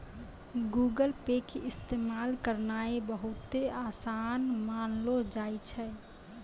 Google Pay के इस्तेमाल करनाय बहुते असान मानलो जाय छै